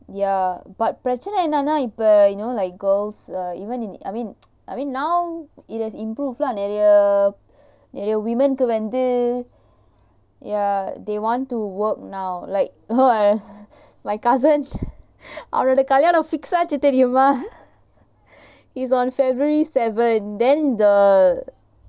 ya but பிரச்சின ஏன்னானா இப்ப:pirachchina ennaanaa ippa you know like girls uh even in I mean I mean now it has improved lah நெறய நெறய:neraya neraya women கு வந்து:ku vanthu ya they want to work now like my cousin அவனோட கல்யாணம்:avanoda kalyaanam fix ஆச்சி தெரியுமா:aachi theriyumaa it's on february seven